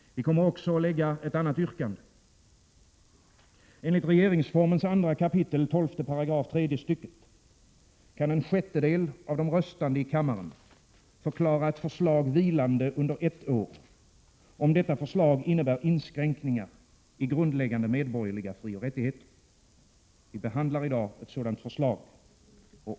Jag vill också ställa ett annat yrkande. Enligt regeringsformens 2 kap. 12 § tredje stycket kan en sjättedel av de röstande i kammaren förklara ett förslag vilande under ett år, om detta förslag innebär inskränkningar i grundläggande medborgerliga frioch rättigheter. Vi behandlar i dag ett sådant förslag.